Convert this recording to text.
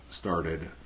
started